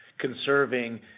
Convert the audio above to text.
conserving